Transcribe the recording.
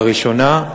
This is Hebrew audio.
הראשונה,